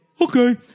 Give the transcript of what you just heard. Okay